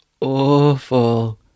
awful